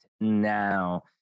now